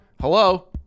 Hello